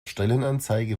stellenanzeige